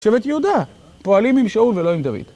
שבט יהודה, פועלים עם שאול ולא עם דוד